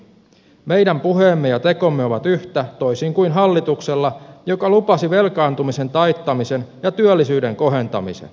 meidän puheemme ja tekomme ovat yhtä toisin kuin hallituksella joka lupasi velkaantumisen taittamisen ja työllisyyden kohentamisen